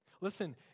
Listen